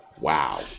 wow